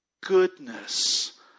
goodness